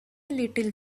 little